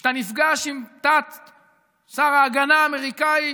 וכשאתה נפגש עם תת-שר ההגנה האמריקאי